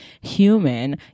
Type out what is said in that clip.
human